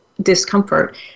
discomfort